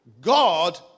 God